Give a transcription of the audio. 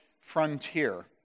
frontier